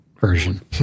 version